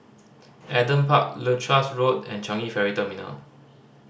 Adam Park Leuchars Road and Changi Ferry Terminal